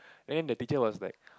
and then the teacher was like